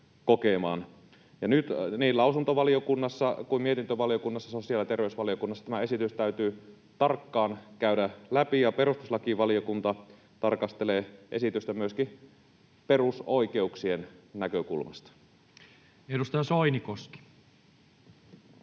nyt niin lausuntovaliokunnassa kuin mietintövaliokunnassa, sosiaali‑ ja terveysvaliokunnassa, tämä esitys täytyy tarkkaan käydä läpi, ja perustuslakivaliokunta tarkastelee esitystä myöskin perusoikeuksien näkökulmasta. [Speech